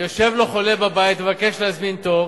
יושב לו חולה בבית ומבקש להזמין תור,